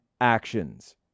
actions